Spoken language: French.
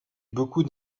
beaucoup